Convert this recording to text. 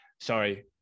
Sorry